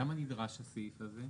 למה נדרש הסעיף הזה?